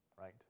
right